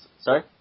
Sorry